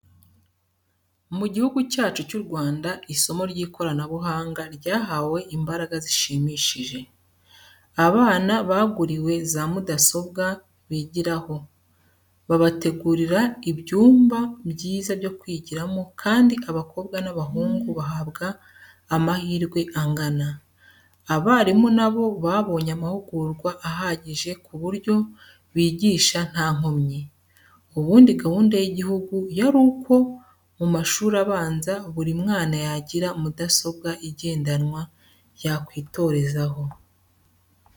Mu gihugu cyacu cy'u Rwanda, isomo ry'ikoranabuhanga ryahawe imbaraga zishimishije. Abana baguriwe za mudasobwa bigiraho, babategurira ibyumba byiza byo kwigiramo kandi abakobwa n'abahungu bahabwa amahirwe angana. Abarimu na bo babonye amahugurwa ahagije ku buryo bigisha nta nkomyi. Ubundi gahunda y'igihugu yari uko mu mashuri abanza, buri mwana yagira mudasobwa igendanwa yakwitorezaho.